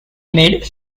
made